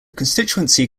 constituency